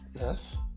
yes